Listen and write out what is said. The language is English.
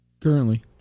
Currently